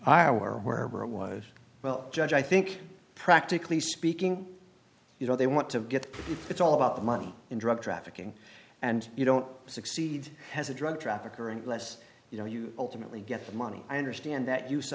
iowa or wherever it was well judge i think practically speaking you know they want to get it's all about the money in drug trafficking and you don't succeed as a drug trafficker unless you know you ultimately get the money i understand that use